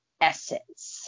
essence